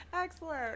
Excellent